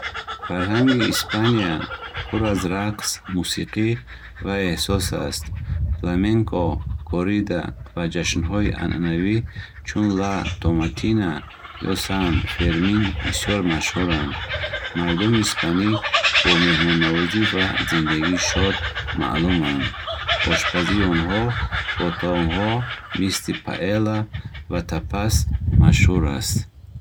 Фарҳанги Испания пур аз рақс, мусиқӣ ва эҳсос аст. Фламенко, коррида ва ҷашнҳои анъанавӣ чун Ла Томатина ё Сан-Фермин бисёр машҳуранд. Мардуми испанӣ бо меҳмоннавозӣ ва зиндагии шод маълуманд. Ошпазии онҳо бо таомҳо мисли паэлла ва тапас машҳур аст.